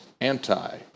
anti